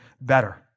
better